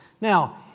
now